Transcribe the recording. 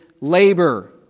labor